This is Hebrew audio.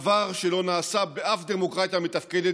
דבר שלא נעשה באף דמוקרטיה מתפקדת,